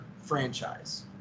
franchise